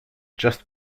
just